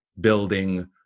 building